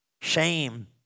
Shame